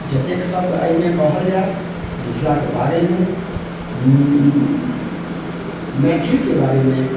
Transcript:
जतेक शब्द एहिमे कहल जाय मिथिलाके बारेमे मैथिलके बारेमे